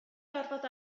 gorfod